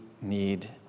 need